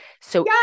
So-